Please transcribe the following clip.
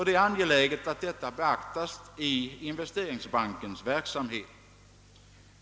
Det är angeläget att detta beaktas i investeringsbankens verksamhet.